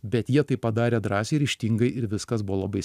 bet jie tai padarė drąsiai ryžtingai ir viskas buvo labai